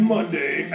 Monday